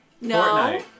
no